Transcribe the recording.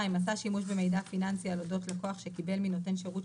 עשה שימוש במידע פיננסי על אודות לקוח שקיבל מנותן שירות,